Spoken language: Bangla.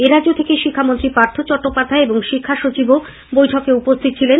এরাজ্য থেকে শিক্ষামন্ত্রী পার্থ চট্যোপাধ্যায় এবং শিক্ষাসচিবও বৈঠকে উপস্থিত ছিলেন